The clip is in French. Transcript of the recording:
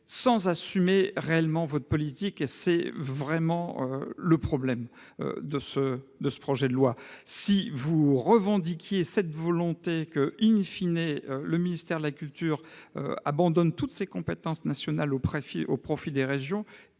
sans assumer réellement votre politique. C'est d'ailleurs le véritable problème de ce projet de loi. Si vous avez la volonté que, en fin de compte, le ministère de la culture abandonne toutes ses compétences nationales au profit des régions,